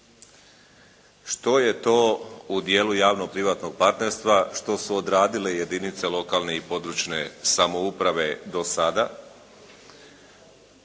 Što je to u dijelu javno-privatnog partnerstva što su odradile jedinice lokalne i područne samouprave do sada?